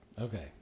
Okay